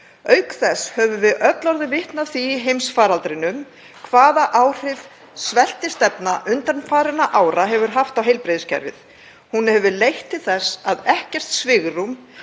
Auk þess höfum við öll orðið vitni að því í heimsfaraldrinum hvaða áhrif sveltistefna undanfarinna ára hefur haft á heilbrigðiskerfið, hún hefur leitt til þess að ekkert svigrúm